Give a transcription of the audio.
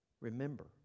remember